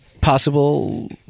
possible